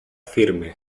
firme